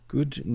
Good